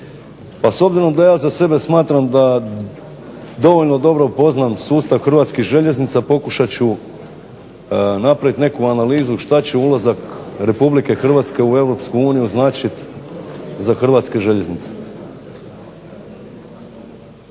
pa s obzirom da ja za sebe smatram da dovoljno dobro poznajem sustav hrvatskih željeznica pokušat ću napraviti neku analizu što će ulazak RH u EU značiti za hrvatske željeznice.